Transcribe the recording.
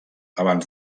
abans